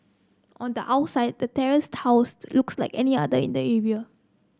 on the outside the terrace looks like any other in the area